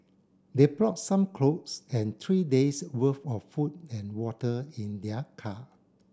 they brought some clothes and three days' worth of food and water in their car